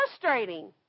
frustrating